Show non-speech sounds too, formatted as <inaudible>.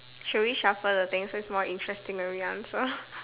shall we shuffle the thing so its more interesting when we answer <breath>